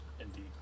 Indeed